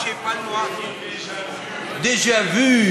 דז'ה וו.